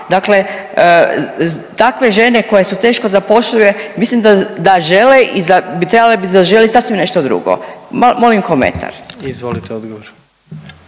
Dakle takve žene koje su teško zapošljive mislim da žele i da bi trebale bi zaželit sasvim nešto drugo, molim komentar. **Jandroković,